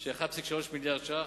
של 1.3 מיליארד ש"ח,